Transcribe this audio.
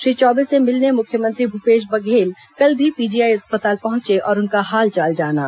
श्री चौबे से मिलने मुख्यमंत्री भूपेश बघेल कल भी पीजीआई अस्पताल पहुंचे और उनका हालचाल जाना